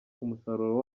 umusaruro